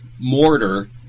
Mortar